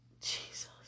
Jesus